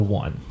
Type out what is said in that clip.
one